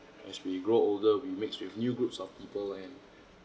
as we grow older we mixed with new groups of people and